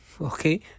okay